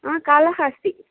ఆ కాళహస్తి